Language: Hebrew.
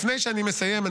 לפני שאני מסיים,